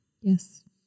Yes